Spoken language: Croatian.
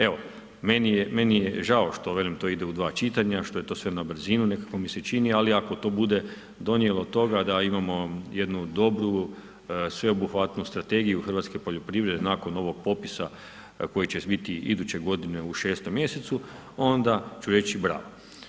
Evo meni je žao što velim, to ide u dva čitanja, što je to sve na brzinu nekako mi se čini ali ako to bude donijelo toga da imamo jednu dobru sveobuhvatnu strategiju hrvatske poljoprivrede nakon ovog popisa koji će biti iduće godine u 6. mj., onda ću reći bravo.